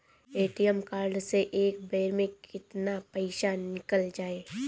ATM card से एक बेर मे केतना पईसा निकल जाई?